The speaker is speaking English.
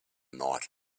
night